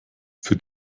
für